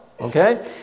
Okay